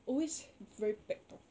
always very packed tahu